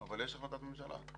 אבל יש החלטת ממשלה.